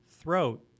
throat